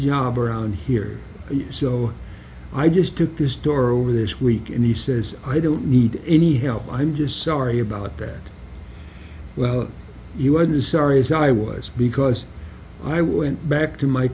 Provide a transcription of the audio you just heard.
job around here so i just took this door over this week and he says i don't need any help i'm just sorry about that well he wasn't as sorry as i was because i went back to my